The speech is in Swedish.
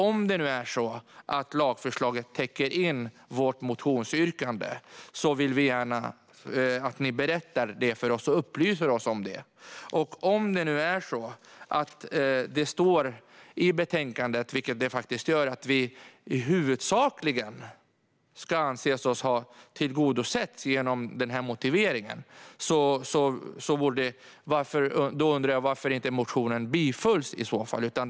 Om det nu är så att lagförslaget täcker in vårt motionsyrkande vill vi gärna att ni berättar det för oss och upplyser oss om det. Om det nu står i betänkandet, vilket det faktiskt gör, att vi huvudsakligen ska anses ha tillgodosetts genom motiveringen undrar jag varför inte motionen tillstyrktes i så fall.